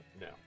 no